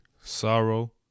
sorrow